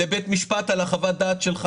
זאת הנקודה שנשארה לי עמומה.